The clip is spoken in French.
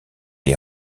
est